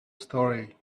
story